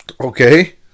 Okay